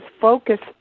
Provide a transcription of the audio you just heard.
focused